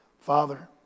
Father